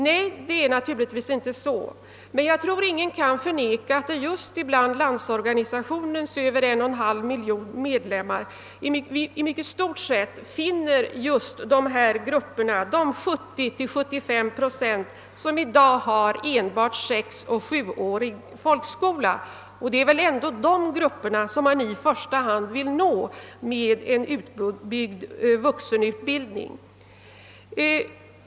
Detta är naturligtvis riktigt, men jag tror inte att någon kan förneka att vi just bland Landsorganisationens över 1,5 miljon medlemmar finner en mycket stor del av de 70 å 75 procent av befolkningen som i dag har enbart 6 eller 7-årig folkskola. Det är väl ändå de grupperna som man i första hand vill nå med en utbyggd vuxenutbildning.